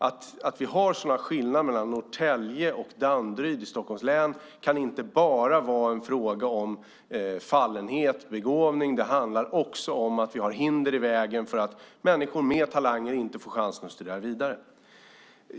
Att vi har sådana skillnader mellan Norrtälje och Danderyd i Stockholms län kan inte bara vara en fråga om fallenhet och begåvning. Det handlar också om att vi har hinder i vägen så att människor med talanger inte får chansen att studera vidare.